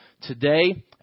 today